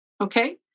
okay